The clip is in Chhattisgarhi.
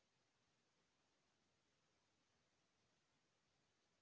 हमन कोन कोन प्रकार के ऋण लाभ ले सकत हन?